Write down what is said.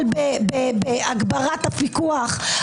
הוצאה לפועל.